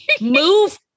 Move